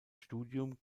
studium